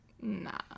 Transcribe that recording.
Nah